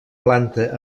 planta